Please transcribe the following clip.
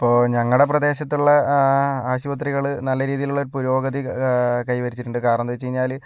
ഇപ്പോൾ ഞങ്ങളുടെ പ്രദേശത്തുള്ള ആശുപത്രികള് നല്ല രീതിയിലുള്ള ഒരു പുരോഗതി കൈവരിച്ചിട്ടുണ്ട് കാരണം എന്ത് വെച്ച് കഴിഞ്ഞാല്